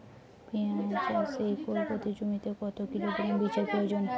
পেঁয়াজ চাষে একর প্রতি জমিতে কত কিলোগ্রাম বীজের প্রয়োজন?